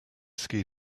ski